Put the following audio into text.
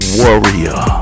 warrior